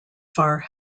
far